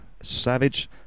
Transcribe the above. savage